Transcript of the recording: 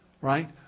right